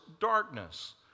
darkness